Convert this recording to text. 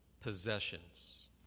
possessions